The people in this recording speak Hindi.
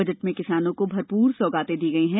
बजट में किसानों को भरपूर सौगातें दी गयी हैं